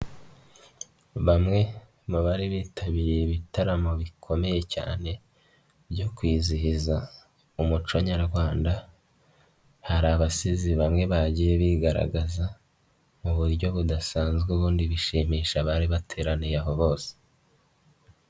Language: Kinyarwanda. Bamwe mu bari bitabiriye ibitaramo bikomeye cyane byo kwizihiza umuco nyarwanda, hari abasizi bamwe bagiye bigaragaza mu buryo budasanzwe, ubundi bishimisha abari bateraniye aho bose.